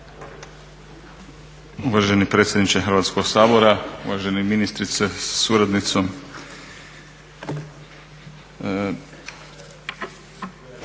Uvaženi predsjedniče Hrvatskog sabora, uvaženi ministre sa suradnicom.